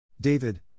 David